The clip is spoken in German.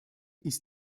ist